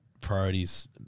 priorities